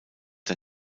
der